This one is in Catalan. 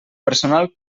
personal